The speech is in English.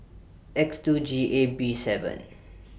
X two G A B seven